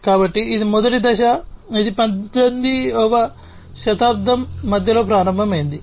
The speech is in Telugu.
కాబట్టి ఇది మొదటి దశ మరియు ఇది 18 వ శతాబ్దం మధ్యలో ప్రారంభమైంది